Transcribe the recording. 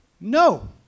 No